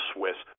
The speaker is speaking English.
Swiss